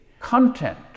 content